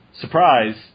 surprise